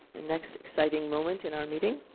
next exciting moment in our meeting,